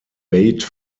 bate